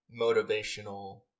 motivational